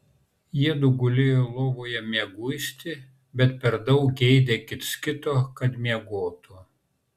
jiedu gulėjo lovoje mieguisti bet per daug geidė kits kito kad miegotų